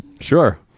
Sure